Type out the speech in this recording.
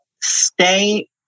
stay